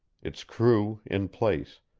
its crew in place,